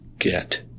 Get